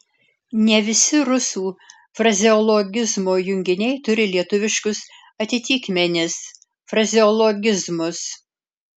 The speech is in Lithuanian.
ne visi rusų frazeologizmo junginiai turi lietuviškus atitikmenis frazeologizmus